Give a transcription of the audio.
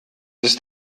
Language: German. ist